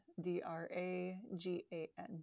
D-R-A-G-A-N